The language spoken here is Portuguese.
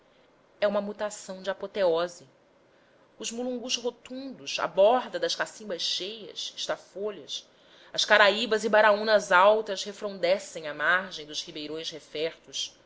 é uma mutação de apoteose os mulungus rotundos à borda das cacimbas cheias estadeiam a púrpura das largas flores vermelhas sem esperar pelas folhas as caraíbas e baraúnas altas refrondescem à margem dos ribeirões refertos